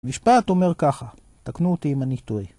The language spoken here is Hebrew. המשפט אומר ככה, תקנו אותי אם אני טועה